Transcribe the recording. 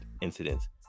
incidents